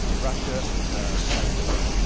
russia has more,